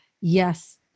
yes